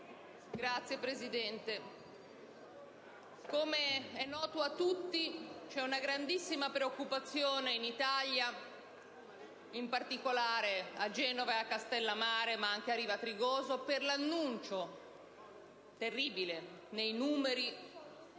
Signora Presidente, come è noto a tutti, c'è grande preoccupazione in Italia, in particolare a Genova e a Castellammare di Stabia, ma anche a Riva Trigoso, per l'annuncio terribile, nei numeri